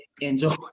enjoy